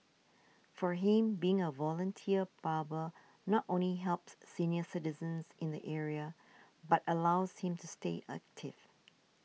for him being a volunteer barber not only helps senior citizens in the area but allows him to stay active